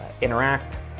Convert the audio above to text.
interact